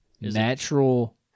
natural